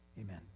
amen